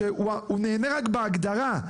שהוא נהנה רק בהגדרה,